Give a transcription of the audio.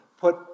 put